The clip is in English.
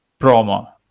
promo